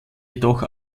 jedoch